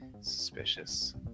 Suspicious